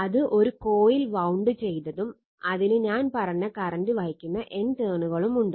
അത് ഒരു coil wound ചെയ്തതും അതിന് ഞാൻ പറഞ്ഞ കറന്റ് വഹിക്കുന്ന N ടേണുകളും ഉണ്ട്